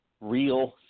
real